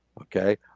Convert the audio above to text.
okay